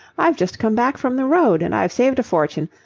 i've just come back from the road, and i've saved a fortune.